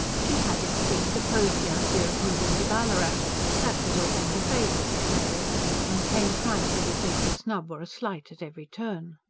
she had, it seemed, opposed the idea of moving to ballarat that was all in her favour, said mary and came primed to detect a snub or a slight at every turn.